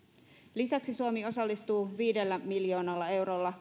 lisäksi suomi osallistuu viidellä miljoonalla eurolla